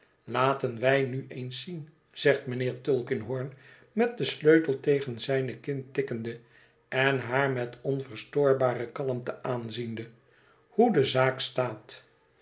laten wij nu eens zien zegt mijnheer tulkinghorn met den sleutel tegen zijne kin tikkende en baar met onverstoorbare kalmte aanziende hoe de zaak staat